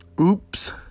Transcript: oops